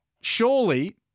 surely